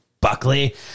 Buckley